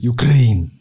Ukraine